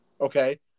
Okay